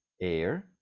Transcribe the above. air